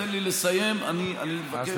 אני בעד.